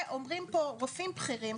ואומרים פה רופאים בכירים,